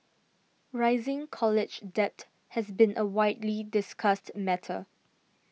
rising college debt has been a widely discussed matter